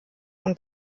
und